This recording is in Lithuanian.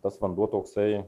tas vanduo toksai